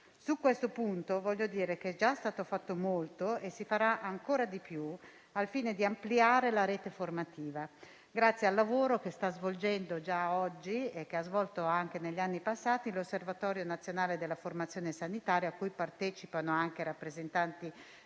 Su questo punto voglio dire che è già stato fatto molto e si farà ancora di più al fine di ampliare la rete formativa, grazie al lavoro che sta svolgendo oggi, e che ha svolto anche negli anni passati, l'Osservatorio nazionale della formazione sanitaria a cui partecipano anche rappresentanti